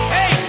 Hey